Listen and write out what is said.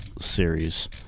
series